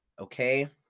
okay